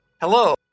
Hello